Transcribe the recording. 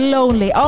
Lonely